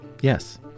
Yes